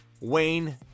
Wayne